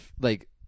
Like-